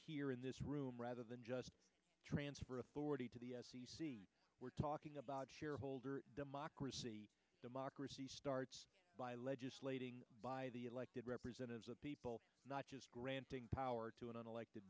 here in this room rather than just transfer authority to the we're talking about shareholder democracy democracy starts by legislating by the elected representatives of people not just granting power to an unelect